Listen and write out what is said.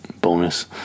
bonus